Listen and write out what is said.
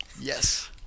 Yes